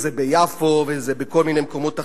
זה ביפו וזה בכל מיני מקומות אחרים,